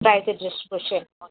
price dress